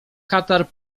katar